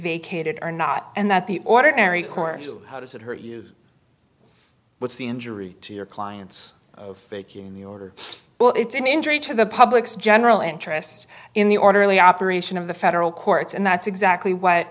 vacated or not and that the ordinary course of how does it hurt you what's the injury to your clients of making the order well it's an injury to the public's general interest in the orderly operation of the federal courts and that's exactly what